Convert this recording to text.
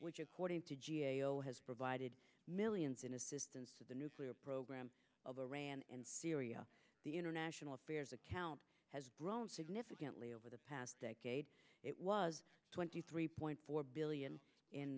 which according to g a o has provided millions in assistance to the nuclear program of iran and syria the international affairs account has grown significantly over the past decade it was twenty three point four billion in